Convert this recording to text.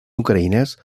ucraïnès